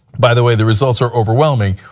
by the way the results are overwhelming.